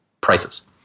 prices